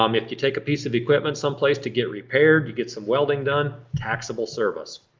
um if you take a piece of equipment someplace to get repaired, you get some welding done, taxable service.